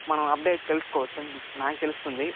మనం అప్డేట్ తెలుసుకోవచ్చు నాకు తెలుస్తుంది